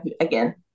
again